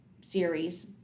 series